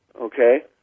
okay